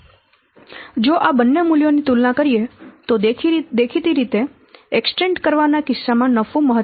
જો આ બંને મૂલ્યો ની તુલના કરીએ તો દેખીતી રીતે એકટેન્ડ કરવાના કિસ્સામાં નફો મહત્તમ રહેશે